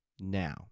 now